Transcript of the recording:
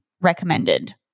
recommended